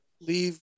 leave